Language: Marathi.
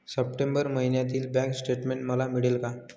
सप्टेंबर महिन्यातील बँक स्टेटमेन्ट मला मिळेल का?